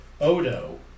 Odo